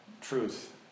truth